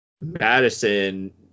madison